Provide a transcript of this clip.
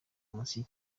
umuziki